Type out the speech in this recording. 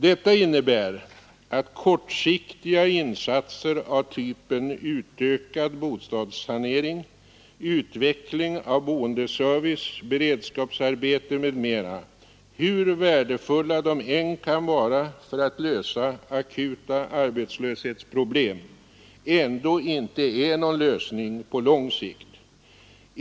Detta innebär, att kortsiktiga insatser av typen utökad bostadssanering, utveckling av boendeservice, beredskapsarbete m.m. — hur värdefulla de än kan vara för att lösa akuta arbetslöshetsproblem — ändå inte är någon lösning på lång sikt.